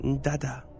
Dada